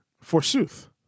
Forsooth